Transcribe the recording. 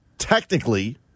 Technically